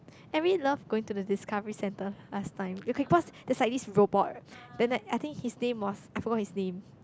I really love going to the Discovery center last time okay cause there's like this robot then the I think his name was I forgot his name